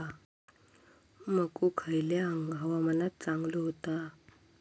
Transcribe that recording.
मको खयल्या हवामानात चांगलो होता?